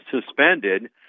suspended